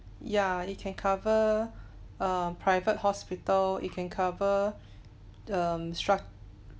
yeah and you can cover a private hospital it can cover um struc~